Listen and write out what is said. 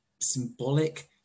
symbolic